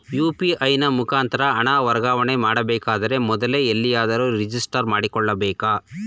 UPI ನ ಮುಖಾಂತರ ಹಣ ವರ್ಗಾವಣೆ ಮಾಡಬೇಕಾದರೆ ಮೊದಲೇ ಎಲ್ಲಿಯಾದರೂ ರಿಜಿಸ್ಟರ್ ಮಾಡಿಕೊಳ್ಳಬೇಕಾ?